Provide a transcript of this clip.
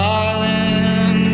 Darling